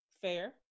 Fair